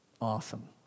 Awesome